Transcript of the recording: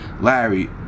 larry